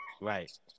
Right